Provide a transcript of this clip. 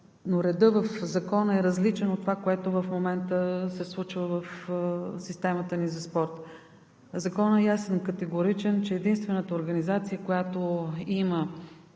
но редът в Закона е различен от това, което в момента се случва в системата ни за спорт. Законът е ясен и категоричен, че единствената организация, която има